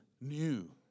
new